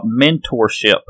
mentorship